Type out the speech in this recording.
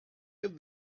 have